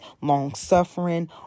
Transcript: long-suffering